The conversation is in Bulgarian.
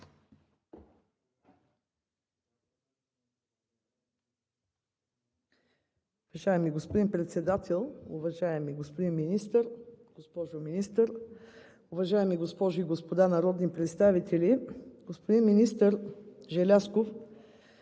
Уважаеми господин Председател, уважаеми господин Министър, госпожо Министър, уважаеми госпожи и господа народни представители! Господин министър Желязков,